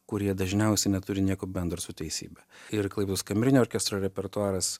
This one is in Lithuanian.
kurie dažniausiai neturi nieko bendro su teisybe ir klaipėdos kamerinio orkestro repertuaras